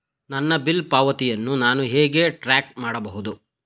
ನನ್ನ ಬಿಲ್ ಪಾವತಿಯನ್ನು ನಾನು ಹೇಗೆ ಟ್ರ್ಯಾಕ್ ಮಾಡಬಹುದು?